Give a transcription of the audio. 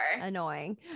annoying